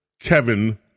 Kevin